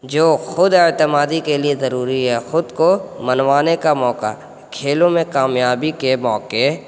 جو خود اعتمادی کے لیے ضروری ہے خود کو منوانے کا موقع کھیلوں میں کامیابی کے موقعے